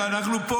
אנחנו פה,